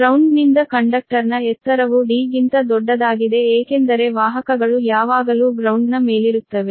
ಗ್ರೌಂಡ್ನಿಂದ ಕಂಡಕ್ಟರ್ನ ಎತ್ತರವು D ಗಿಂತ ದೊಡ್ಡದಾಗಿದೆ ಏಕೆಂದರೆ ವಾಹಕಗಳು ಯಾವಾಗಲೂ ಗ್ರೌಂಡ್ನ ಮೇಲಿರುತ್ತವೆ